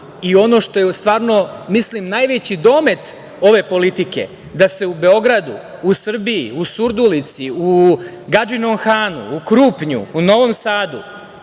što je stvarno, ja mislim, najveći domet ove politike je da se u Beogradu, u Srbiji, u Surdulici, u Gadžinom Hanu, u Krupnju, u Novom Sadu